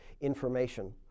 information